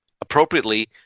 appropriately